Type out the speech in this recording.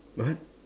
what